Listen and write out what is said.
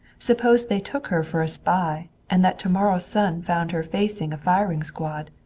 suppose they took her for a spy, and that tomorrow's sun found her facing a firing squad?